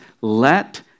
let